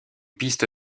piste